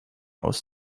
aus